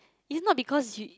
is not because you